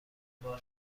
مال